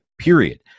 period